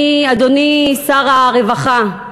אדוני שר הרווחה,